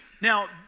now